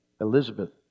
Elizabeth